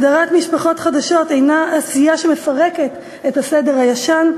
הגדרת משפחות חדשות אינה עשייה שמפרקת את הסדר הישן,